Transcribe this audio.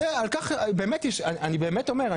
אני באמת אומר,